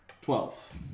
Twelve